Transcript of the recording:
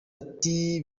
ati